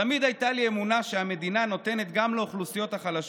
תמיד הייתה לי אמונה שהמדינה נותנת גם לאוכלוסיות החלשות,